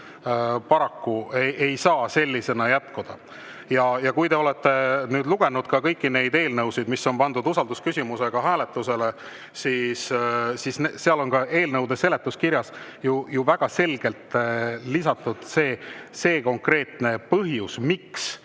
paraku ei saa sellisena jätkuda. Kui te olete lugenud kõiki neid eelnõusid, mis on pandud usaldusküsimusega hääletusele, siis nende eelnõude seletuskirjades on ju väga selgelt lisatud konkreetne põhjus, miks